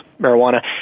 marijuana